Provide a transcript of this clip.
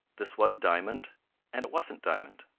this was diamond and it wasn't diamond.